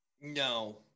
No